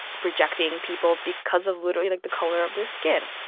rejecting people because of, literally, like, the color of their skin.